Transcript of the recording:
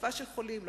העדפה של חולים.